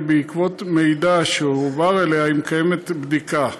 כי בעקבות מידע שהועבר אליה היא מקיימת בדיקה,